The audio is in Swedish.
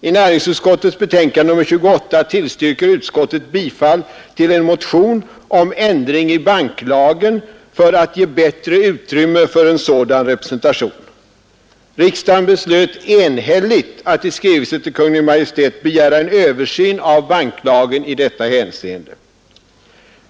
I näringsutskottets betänkande nr 28 tillstyrker utskottet bifall till en motion om ändring av banklagen för att ge bättre utrymme för en sådan representation. Riksdagen beslöt enhälligt att i skrivelse till Kungl. Maj:t begära en översyn av banklagen i detta hänseende.